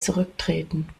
zurücktreten